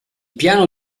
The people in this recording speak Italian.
piano